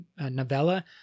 novella